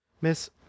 Miss